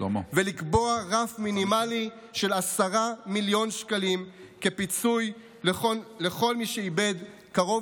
ולקבוע סף מינימלי של 10 מיליון שקלים כפיצוי לכל מי שאיבד קרוב